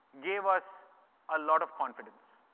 gave us a lot of confidence,